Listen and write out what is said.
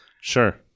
Sure